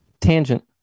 Tangent